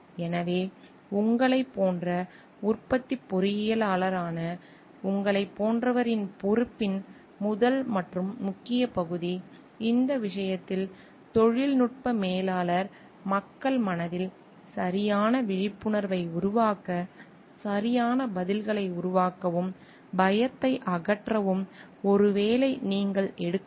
எனவே உங்களைப் போன்ற உற்பத்திப் பொறியியலாளரான உங்களைப் போன்றவர்களின் பொறுப்பின் முதல் மற்றும் முக்கிய பகுதி இந்த விஷயத்தில் தொழில்நுட்ப மேலாளர் மக்கள் மனதில் சரியான விழிப்புணர்வை உருவாக்க சரியான பதில்களை உருவாக்கவும் பயத்தை அகற்றவும் ஒருவேளை நீங்கள் எடுக்கலாம்